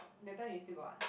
that time you still got what